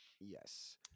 Yes